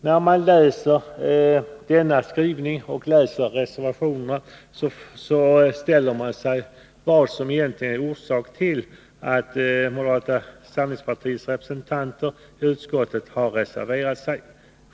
När man läser denna skrivning och den moderata reservationen ställer man sig frågande till vad som egentligen är orsaken till att moderata samlingspartiets representanter i utskottet har reserverat sig.